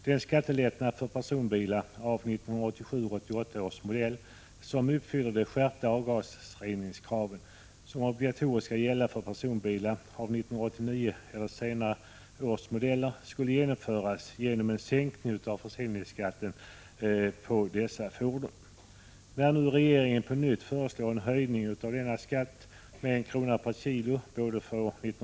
Den skattelättnad för personbilar av 1987 och 1988 års modeller, som uppfyller de skärpta avgasreningskrav som obligatoriskt skall gälla för personbilar av 1989 års modell eller senare, skulle genomföras genom en sänkning av försäljningsskatten på dessa fordon. När nu regeringen på nytt föreslår en höjning av denna skatt med 1 kr. per kg för 1987 och ytterligare 1 kr.